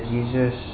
Jesus